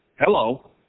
hello